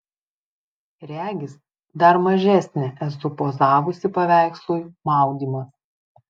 regis dar mažesnė esu pozavusi paveikslui maudymas